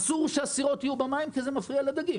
אסור שהסירות יהיו במים כי זה מפריע לדגים,